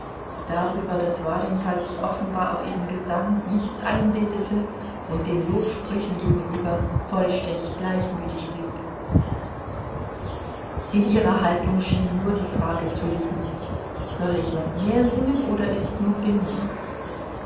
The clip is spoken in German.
darüber daß warjenka sich offenbar auf ihren gesang nichts einbildete und den lobsprüchen gegenüber vollständig gleichmütig blieb in ihrer haltung schien nur die frage zu liegen soll ich noch mehr singen oder ist's nun genug